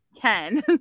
Ken